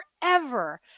forever